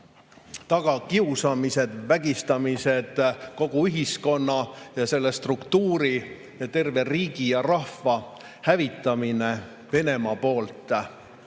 tagakiusamine, vägistamine, kogu ühiskonna ja selle struktuuri, terve riigi ja rahva hävitamine Venemaa poolt.